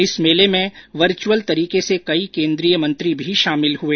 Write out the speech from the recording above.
इस मेले में वर्चुअल तरीके से कई केन्द्रीय मंत्री भी शामिल हुए